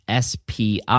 SPI